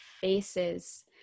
faces